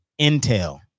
intel